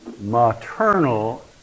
maternal